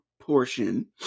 portion